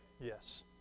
Yes